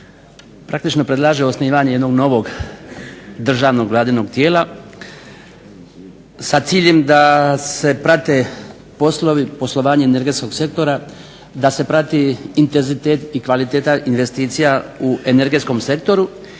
praktično predlaže osnivanje jednog novog državnog vladinog tijela sa ciljem da se prate poslovi, poslovanje energetskog sektora, da se prati intenzitet i kvaliteta investicija u energetskom sektoru